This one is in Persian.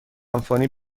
سمفونی